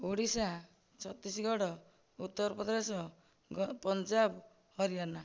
Odisha Chhattisgarh Uttar Pradesh Punjab Haryana